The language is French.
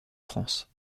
france